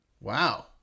wow